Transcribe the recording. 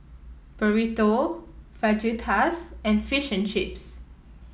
Burrito Fajitas and Fish and Chips